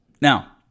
Now